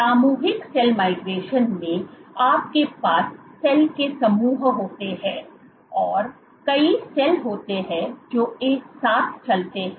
सामूहिक cell migration में आपके पास सेल के समूह होते हैं और कई सेल होते हैं जो एक साथ चलते हैं